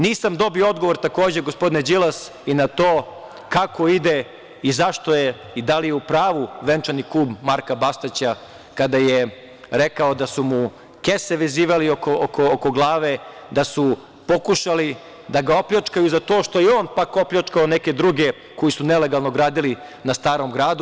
Nisam dobio odgovor takođe, gospodine Đilas i na to - kako ide i zašto je i da li je u pravu venčani kum Marka Bastaća kada je rekao da su mu kese vezivali oko glave, da su pokušali da ga opljačkaju za to što je on, pak, opljačkao neke druge koji su nelegalno gradili na Starom Gradu?